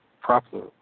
properly